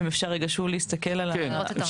אם אפשר רגע שוב להסתכל על המפה.